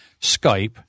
Skype